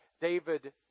David